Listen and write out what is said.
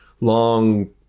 long